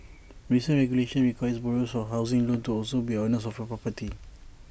recent regulation requires borrowers of A housing loan to also be owners of A property